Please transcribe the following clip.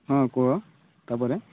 ହଁ କୁହ ତାପରେ